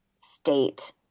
state